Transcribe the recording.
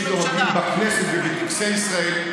יש נואמים בכנסת ובטקסי ישראל,